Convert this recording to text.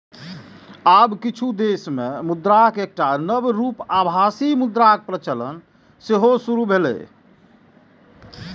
आब किछु देश मे मुद्राक एकटा नव रूप आभासी मुद्राक प्रचलन सेहो शुरू भेलैए